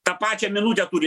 tą pačią minutę turi